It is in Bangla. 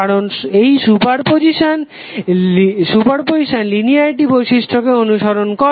কারণ এই সুপারপজিসান লিনিয়ারিটি বিশিষ্টকে অনুসরন করে